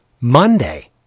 Monday